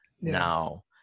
now